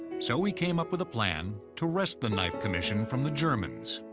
so he came up with a plan to wrest the knife commission from the germans.